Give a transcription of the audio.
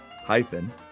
hyphen